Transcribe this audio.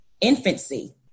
infancy